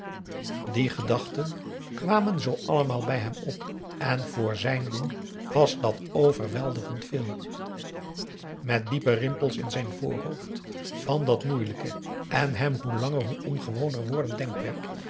die gedachten kwamen zoo allemaal bij hem op en voor zijn doen was dat overweldigend veel met diepe rimpels in zijn voorhoofd van dat moeielijke en hem hoe langer hoe ongewoner wordend